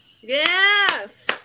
Yes